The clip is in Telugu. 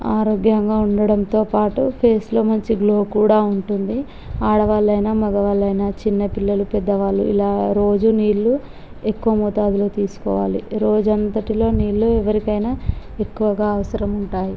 ఆరోగ్యంగా ఉండడంతో పాటూ ఫేసులో మంచి గ్లో కూడా ఉంటుంది ఆడవాళ్ళైనా మగవాళ్ళైనా చిన్నపిల్లలు పెద్దవాళ్ళు ఇలా రోజూ నీళ్ళు ఎక్కువ మోతాదులో తీసుకోవాలి రోజు అంతటిలో నీళ్ళు ఎవరికైనా ఎక్కువగా అవసరం ఉంటుంది